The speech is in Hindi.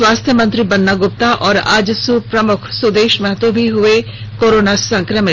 स्वास्थ्य मंत्री बन्ना गुप्ता और आजसू प्रमुख सुदेश महतो भी हुए कोरोना संक्रमित